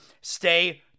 Stay